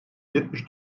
yetmiş